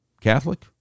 Catholic